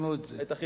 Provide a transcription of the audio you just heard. תיקנו את זה.